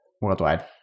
worldwide